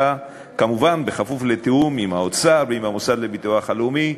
כמובן בכפוף לתיאום עם האוצר ועם המוסד לביטוח הלאומי.